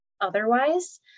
otherwise